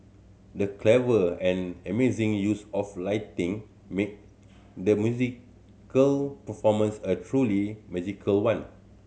the clever and amazing use of lighting made the musical performance a truly magical one